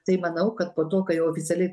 tai manau kad po to kai jau oficialiai